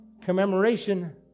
commemoration